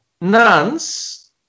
nuns